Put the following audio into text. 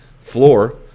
floor